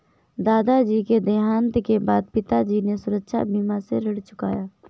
दादाजी के देहांत के बाद पिताजी ने सुरक्षा बीमा से ऋण चुकाया